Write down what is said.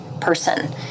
person